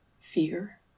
fear